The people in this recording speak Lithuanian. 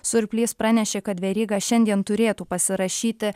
surplys pranešė kad veryga šiandien turėtų pasirašyti